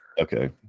Okay